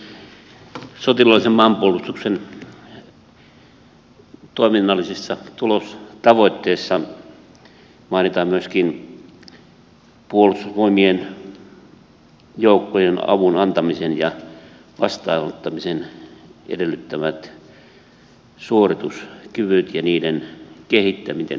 sotilaallisen maanpuolustuksen toiminnallisissa tulostavoitteissa mainitaan myöskin puolustusvoimien joukkojen avun antamisen ja vastaanottamisen edellyttämät suorituskyvyt ja niiden kehittäminen